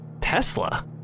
Tesla